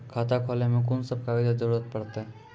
खाता खोलै मे कून सब कागजात जरूरत परतै?